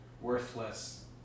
worthless